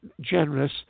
generous